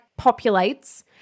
populates